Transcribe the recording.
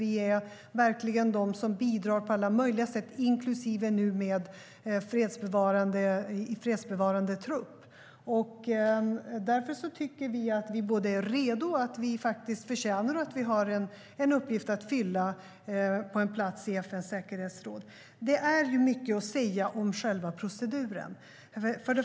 Vi är verkligen de som bidrar på alla möjliga sätt, inklusive med fredsbevarande trupp. Därför tycker vi att vi är redo och faktiskt förtjänar en plats och att vi har en uppgift att fylla på en plats i FN:s säkerhetsråd. Det finns mycket att säga om själva proceduren.